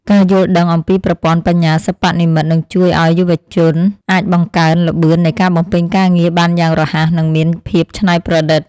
ការយល់ដឹងអំពីប្រព័ន្ធបញ្ញាសិប្បនិម្មិតនឹងជួយឱ្យយុវជនអាចបង្កើនល្បឿននៃការបំពេញការងារបានយ៉ាងរហ័សនិងមានភាពច្នៃប្រឌិត។